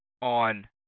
on